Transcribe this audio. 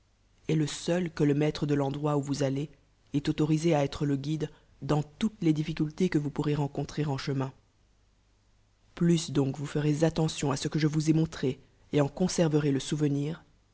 est le seul que le ltte de l'endroit où vous all ait autorisé t'être e guide dans tvates'les diffi cuités que vous pourrez rencontrer en chemio plus donc vous vous ferez a tention à ce qui je vous ai mdiitré et e t conaen'erez le souvenir